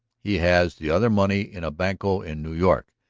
he has the other money in a banco in new york,